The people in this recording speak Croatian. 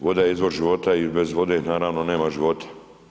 Voda je izvor života i bez vode, naravno, nema života.